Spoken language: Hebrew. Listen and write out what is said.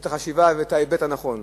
את החשיבה ואת ההיבט הנכון.